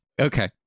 Okay